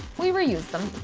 we reuse them.